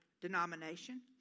denomination